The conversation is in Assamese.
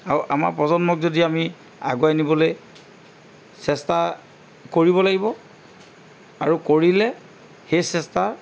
আৰু আমাৰ প্ৰজন্মক যদি আমি আগুৱাই নিবলৈ চেষ্টা কৰিব লাগিব আৰু কৰিলে সেই চেষ্টা